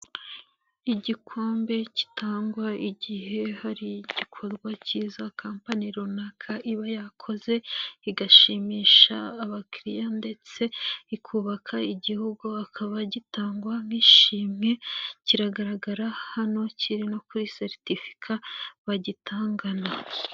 Igikombe gitangwa igihe hari igikorwa cyiza kampani runaka iba yakoze, igashimisha abakiriya ndetse ikubaka igihugu akaba gitangwa nk'ishimwe, kiragaragara hano kiri no kuri seritifika bagitangana.